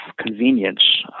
convenience